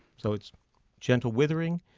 so it's gentle withering,